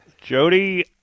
Jody –